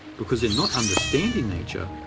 because in not understanding nature,